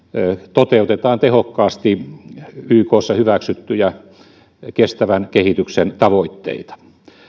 toteutetaan tehokkaasti ykssa hyväksyttyjä kestävän kehityksen tavoitteita